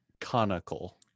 conical